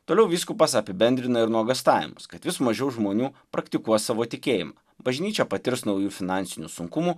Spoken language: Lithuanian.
toliau vyskupas apibendrina ir nuogąstavimus kad vis mažiau žmonių praktikuos savo tikėjimą bažnyčia patirs naujų finansinių sunkumų